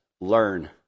learn